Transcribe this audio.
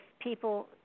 people